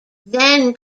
then